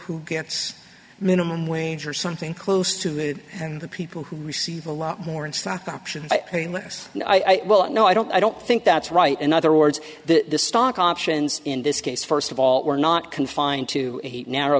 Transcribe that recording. who gets minimum wage or something close to the and the people who receive a lot more in stock options paying less and i know i don't i don't think that's right in other words the stock options in this case first of all we're not confined to a narrow